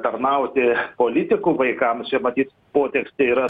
tarnauti politikų vaikam čia matyt potekstė yra